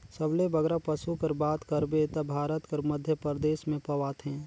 सबले बगरा पसु कर बात करबे ता भारत कर मध्यपरदेस में पवाथें